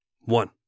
One